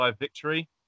victory